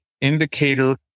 indicator